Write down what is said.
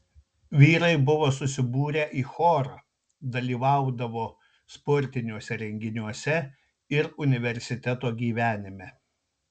vyrai buvo susibūrę į chorą dalyvaudavo sportiniuose renginiuose ir universiteto gyvenime